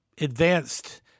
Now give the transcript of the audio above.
advanced